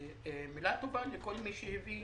ומילה טובה לכל מי שהביא